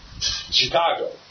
Chicago